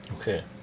Okay